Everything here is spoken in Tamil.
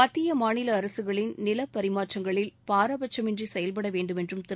மத்திய மாநில அரசுகளின் நிலப்பரிமாற்றகளில் பாரபட்சமின்றி செயல்பட வேண்டுமென்றும் திரு